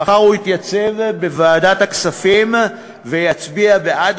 מחר הוא יתייצב בוועדת הכספים ויצביע בעד